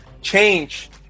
Change